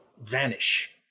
vanish